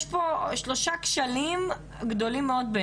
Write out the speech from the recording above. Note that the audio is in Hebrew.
יש פה שלושה כשלים מאוד גדולים,